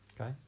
Okay